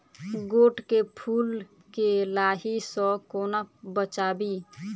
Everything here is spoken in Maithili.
गोट केँ फुल केँ लाही सऽ कोना बचाबी?